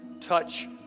Touch